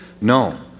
No